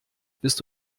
bist